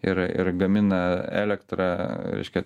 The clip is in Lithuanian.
ir ir gamina elektrą reiškia